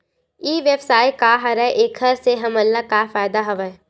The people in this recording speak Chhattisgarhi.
ई व्यवसाय का हरय एखर से हमला का फ़ायदा हवय?